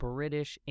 British